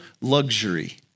luxury